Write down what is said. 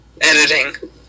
Editing